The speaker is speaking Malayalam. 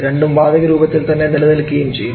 രണ്ടും വാതക രൂപത്തിൽ തന്നെ നിലനിൽക്കുകയും ചെയ്യും